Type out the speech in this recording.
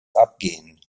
abgehen